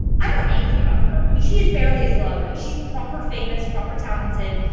i don't know anything about her. i mean she is barely a celebrity. she's proper famous, proper talented.